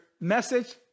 Message